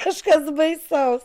kažkas baisaus